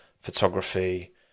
photography